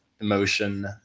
emotion